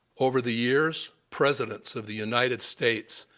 over the years, presidents of the united states,